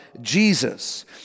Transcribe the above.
Jesus